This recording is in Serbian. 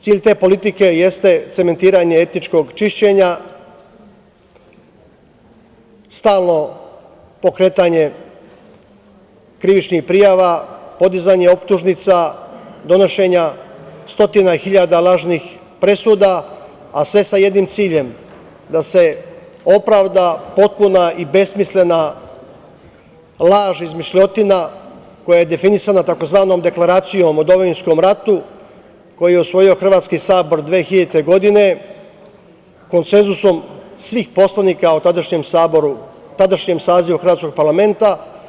Cilj te politike jeste cementiranje etničkog čišćenja, stalno pokretanje krivičnih prijava, podizanje optužnica, donošenje stotina hiljada lažnih presuda, a sve sa jednim ciljem da se opravda potpuna i besmislena laž, izmišljotina koja je definisana tzv. deklaracijom o domovinskom ratu koju je usvojio hrvatski Sabor 2000. godine, konsenzusom svih poslanika u tadašnjem sazivu hrvatskog parlamenta.